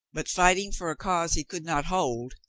but fighting for a cause he could not hold,